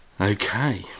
Okay